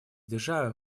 державы